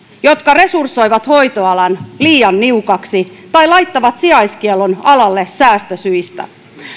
jotka resursoivat hoitoalan liian niukaksi tai laittavat sijaiskiellon alalle säästösyistä